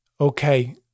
Okay